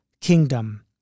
kingdom